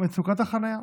מצוקת החניה.